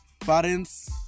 parents